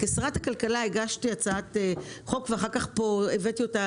כשרת הכלכלה הגשתי הצעת חוק ואחר כך הבאתי אותה